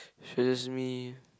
stresses me